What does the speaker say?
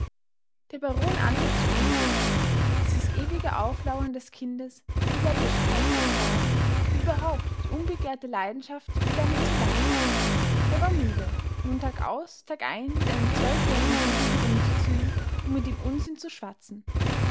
der baron antwortete unwirsch dieses ewige auflauern des kindes die läppischkeit der fragen wie überhaupt die unbegehrte leidenschaft begann ihn zu langweilen er war müde nun tagaus tagein mit einem zwölfjährigen buben herumzuziehen und mit ihm unsinn zu schwatzen